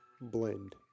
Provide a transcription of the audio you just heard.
blend